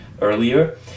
earlier